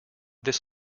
this